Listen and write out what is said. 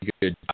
good